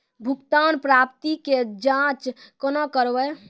भुगतान प्राप्ति के जाँच कूना करवै?